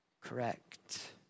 correct